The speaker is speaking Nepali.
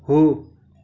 हो